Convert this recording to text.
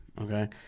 okay